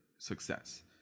success